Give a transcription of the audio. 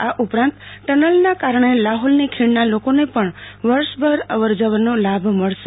આ ઉપરાંત ટનલના કારણે લાહોલની ખીણના લોકોને પણ વર્ષભેર અવર જવરનો લાભ મળશે